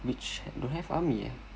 which don't have army eh